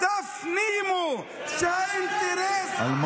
הדם על הידיים שלך,